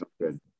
good